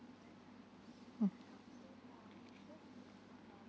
mm